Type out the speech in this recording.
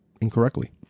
incorrectly